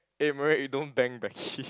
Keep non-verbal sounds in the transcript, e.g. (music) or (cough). eh Merek you don't bang the key (laughs)